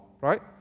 right